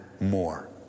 more